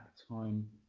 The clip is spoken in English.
time,